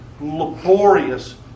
laborious